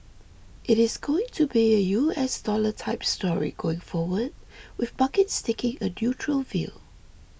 it is going to be a U S dollar type story going forward with markets taking a neutral view